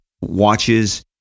watches